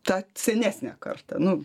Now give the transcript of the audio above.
tą senesnę kartą nu